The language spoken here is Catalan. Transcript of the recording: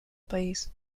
país